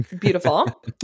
beautiful